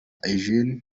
eugene